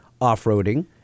off-roading